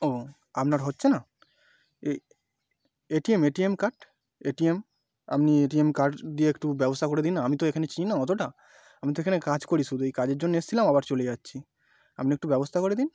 ও আপনার হচ্ছে না এ এটিএম এটিএম কার্ড এটিএম আপনি এটিএম কার্ড দিয়ে একটু ব্যবস্থা করে দিন না আমি তো এখানে চিনি না অতটা আমি তো এখানে কাজ করি শুধু এই কাজের জন্য এসেছিলাম আবার চলে যাচ্ছি আপনি একটু ব্যবস্থা করে দিন